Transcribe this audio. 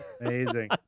Amazing